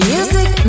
Music